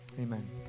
amen